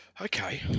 Okay